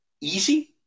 easy